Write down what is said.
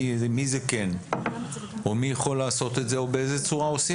מי זה כן או מי יכול לעשות את זה או באיזו צורה עושים.